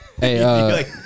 Hey